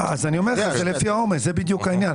אז אני אומר לך שלפי העומס, זה בדיוק העניין.